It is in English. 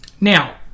Now